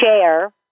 share